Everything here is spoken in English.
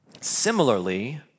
similarly